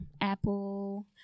Apple